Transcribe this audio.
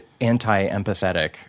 anti-empathetic